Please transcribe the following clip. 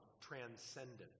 transcendent